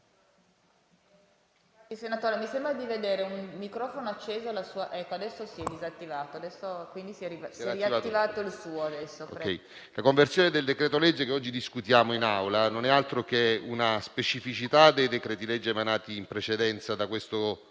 senatori, il decreto-legge che oggi discutiamo in Aula non è altro che una specificazione dei decreti-legge emanati in precedenza da questo Governo: